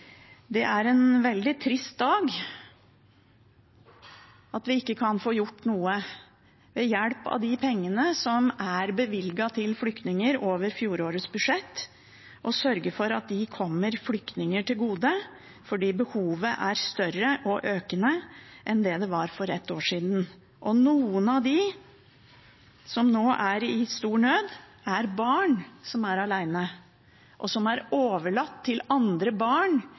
Det er veldig trist at vi i dag ikke kan få gjort noe ved hjelp av de pengene som er bevilget til flyktninger over fjorårets budsjett, og sørge for at de kommer flyktninger til gode, for behovet er større og mer økende enn det det var for ett år siden. Noen av dem som nå er i stor nød, er barn som er aleine, og som er overlatt til andre barn